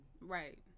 right